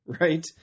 right